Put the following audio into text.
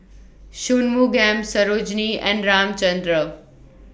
Shunmugam Sarojini and Ramchundra